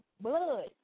blood